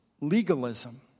legalism